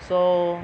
so